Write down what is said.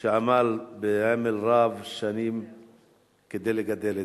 שעמל בעמל רב-שנים לגדל אותן.